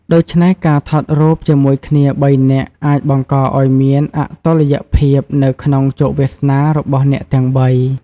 ដូច្នេះ ការថតរូបជាមួយគ្នាបីនាក់អាចបង្កឱ្យមានអតុល្យភាពនៅក្នុងជោគវាសនារបស់អ្នកទាំងបី។